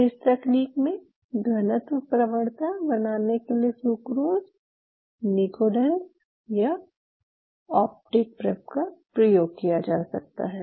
इस तकनीक में घनत्व प्रवणता बनाने के लिए सुक्रोज़ नीकोडेन्ज़ या ऑप्टिक प्रेप का प्रयोग किया जा सकता है